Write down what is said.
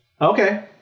Okay